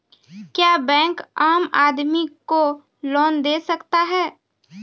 क्या बैंक आम आदमी को लोन दे सकता हैं?